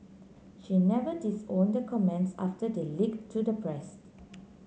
she never disowned comments after they leak to the pressed